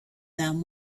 them